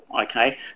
okay